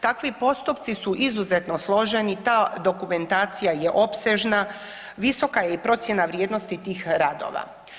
Takvi postupci su izuzetno složeni, ta dokumentacija je opsežna, visoka je procjena vrijednosti tih radova.